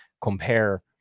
compare